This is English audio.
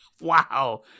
wow